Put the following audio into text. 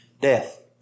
death